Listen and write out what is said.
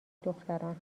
دختران